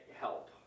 help